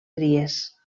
cries